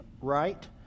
right